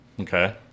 okay